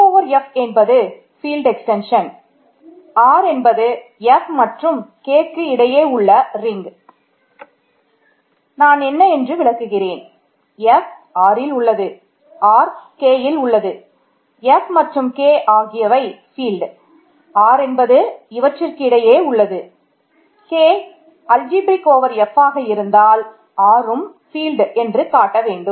F மற்றும் K ஆகியவை ஃபீல்ட்கள் என்று காட்ட வேண்டும்